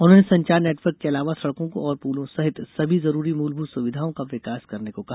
उन्होंने संचार नेटवर्क के अलावा सड़कों और पूलों सहित सभी जरूरी मूलभूत सुविधाओं का विकास करने को कहा